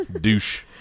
douche